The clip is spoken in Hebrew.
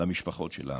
למשפחות שלנו.